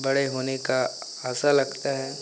बड़े होने का आशा लगती है